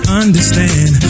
understand